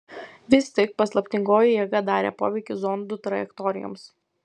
vis tik paslaptingoji jėga darė poveikį zondų trajektorijoms